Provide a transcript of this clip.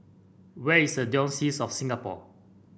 where is the Diocese of Singapore